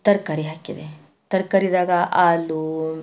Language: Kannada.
ತರಕಾರಿ ಹಾಕಿದೆ ತರಕಾರಿದಾಗ ಆಲೂ